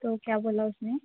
तो क्या बोला उसने